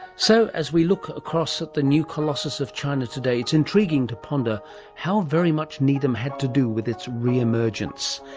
so as we look across at the new colossus of china today, it's intriguing to ponder how very much needham had to do with its reemergence,